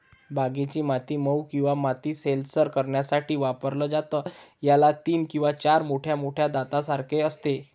बागेची माती मऊ किंवा माती सैलसर करण्यासाठी वापरलं जातं, याला तीन किंवा चार मोठ्या मोठ्या दातांसारखे असते